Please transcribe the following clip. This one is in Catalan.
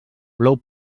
plou